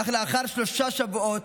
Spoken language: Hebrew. אך לאחר שלושה שבועות,